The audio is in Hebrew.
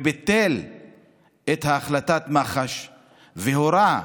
וביטל את החלטת מח"ש והורה,